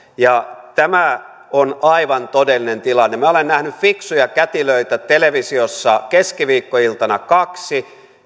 tämä on aivan todellinen tilanne minä olen nähnyt fiksuja kätilöitä televisiossa keskiviikkoiltana kaksi